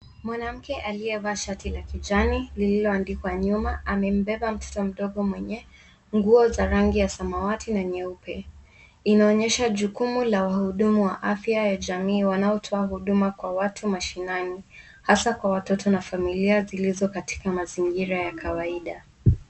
Mwanamke aliyevaa shati la kijani lililoandikwa nyuma amembeba mtoto mdogo mwenye nguo za rangi ya samawati na nyeupe. Inaonyesha jukumu la wahudumu wa afya ya jamii wanaotoa huduma kwa watu mashinani hasa kwa watoto na familia zilizo katika mazingira ya kawaida.